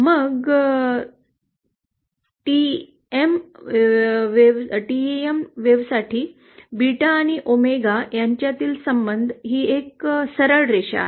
मग टेम लाटेसाठी बीटा आणि ओमेगा यांच्यातील संबंध ही एक सरळ रेषा आहे